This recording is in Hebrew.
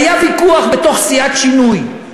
היה ויכוח בתוך סיעת שינוי.